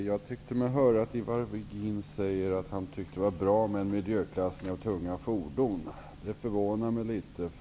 Herr talman! Ivar Virgin sade att han tyckte att det var bra med en miljöklassning av tunga fordon. Det förvånar mig litet.